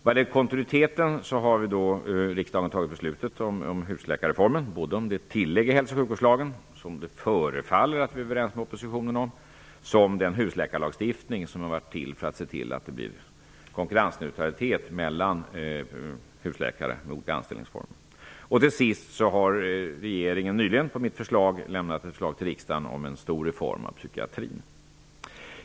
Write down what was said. Vad gäller kontinuiteten har riksdagen fattat beslut om husläkarreformen, både om det tillägg i hälsooch sjukvårdslagen -- som det förefaller att vi är överens med oppositionen om -- som om den husläkarlagstiftning som kom till för att få konkurrensneutralitet mellan husläkare i olika anställningsformer. Till sist vill jag säga att regeringen på mitt förslag, nyligen har lämnat förslag till riksdagen om en stor reform av psykiatrin.